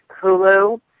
Hulu